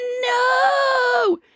no